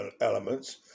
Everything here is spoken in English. elements